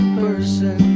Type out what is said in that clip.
person